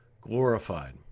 glorified